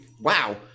Wow